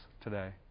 today